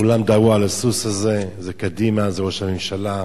כולם דהרו על הסוס הזה, זה קדימה, זה ראש הממשלה,